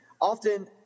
often